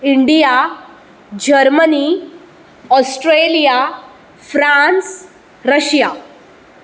India Germany Australia France Russia